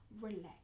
relax